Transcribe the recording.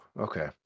okay